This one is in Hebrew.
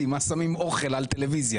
אוקיי.